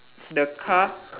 the car